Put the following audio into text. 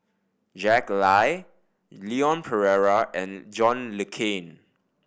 Jack Lai Leon Perera and John Le Cain